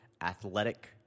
athletic